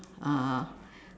uh